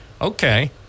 okay